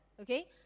okay